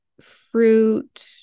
fruit